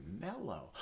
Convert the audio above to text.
mellow